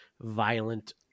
violent